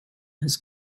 has